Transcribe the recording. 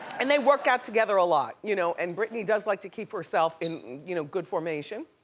and they workout together a lot you know and britney does like to keep herself in you know good formation.